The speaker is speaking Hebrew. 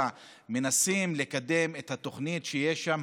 אנחנו מנסים לקדם את התוכנית שיש שם,